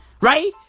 Right